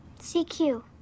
CQ